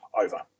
over